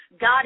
God